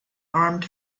armed